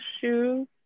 shoes